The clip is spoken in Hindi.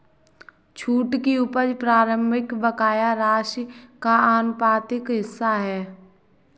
छूट की उपज प्रारंभिक बकाया राशि का आनुपातिक हिस्सा है